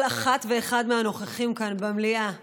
כל אחת ואחד מהנוכחים כאן במליאה אבא,